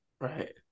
Right